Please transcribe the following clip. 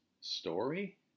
story